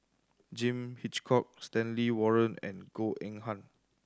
John Hitchcock Stanley Warren and Goh Eng Han